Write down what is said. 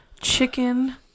chicken